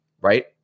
right